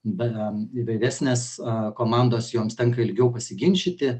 be įvairesnės a komandos joms tenka ilgiau pasiginčyti